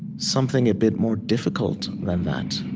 something a bit more difficult than that.